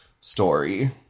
story